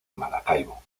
maracaibo